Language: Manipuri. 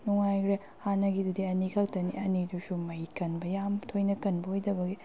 ꯅꯨꯡꯉꯥꯏꯈ꯭ꯔꯦ ꯍꯥꯟꯅꯒꯤꯗꯨꯗꯤ ꯑꯅꯤ ꯈꯛꯇꯅꯤ ꯑꯅꯤꯗꯨꯁꯨ ꯃꯩ ꯀꯟꯕ ꯌꯥꯝ ꯊꯣꯏꯅ ꯀꯟꯕ ꯑꯣꯏꯗꯕꯒꯤ